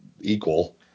equal